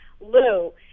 Lou